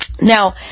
Now